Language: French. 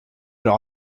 leur